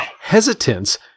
hesitance